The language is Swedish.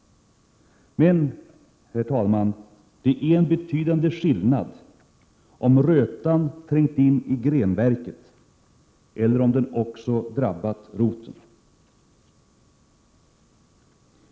Men, herr talman, det är en betydande skillnad om rötan trängt in i grenverket eller om den också drabbat roten.